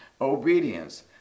obedience